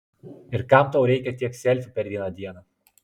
ir kam tau reikia tiek selfių per vieną dieną